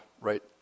right